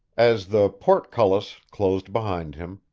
as the portcullis closed behind him,